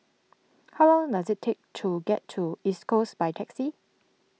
how long does it take to get to East Coast by taxi